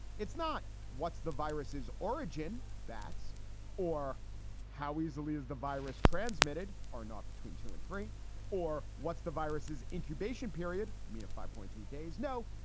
it's not what's the viruses is origin bats or how easily is the virus transmitted or not between two and three or what's the viruses incubation period mean, a five point two days? no,